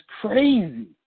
crazy